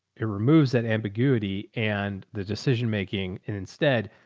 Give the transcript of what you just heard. it removes that ambiguity and the decision making. and instead.